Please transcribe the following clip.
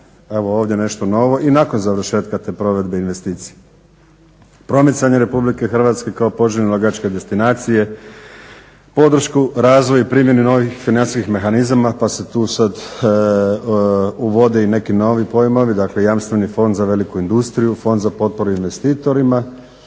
evo ovdje nešto novo i nakon završetka te provedbe investicije. Promicanje RH kao poželjne ulagačke destinacije, podršku, razvoj i primjenu novih financijskih mehanizama pa se tu sad uvode i neki novi pojmovi, dakle Jamstveni fond za veliku industriju, Fond za potporu investitorima